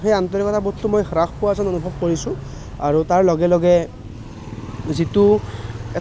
সেই আন্তৰিকতাবোধটো মই হ্ৰাস পোৱা যেন অনুভৱ কৰিছোঁ আৰু তাৰ লগে লগে যিটো